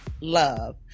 love